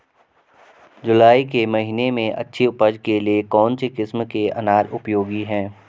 जुलाई के महीने में अच्छी उपज के लिए कौन सी किस्म के अनाज उपयोगी हैं?